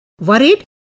worried